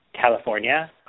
California